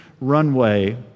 Runway